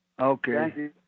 Okay